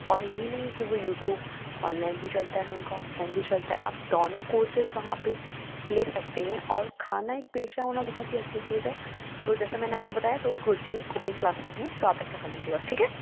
और ये नहीं है कि वो यूटूब ऑनलाइन भी चलता है उनका ऑफलाइन भी चलता है आप दोनों कोर्सेस वहाँ पर ले सकते हैं और खाना एक पेशा होना एक बहुत ही अच्छी चीज़ है तो जैसा मैंने आपको बताया तो एक रुची कुकिंग क्लाससेस हैं तो आप ऐसा कर लीजिएगा ठीक है